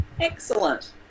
Excellent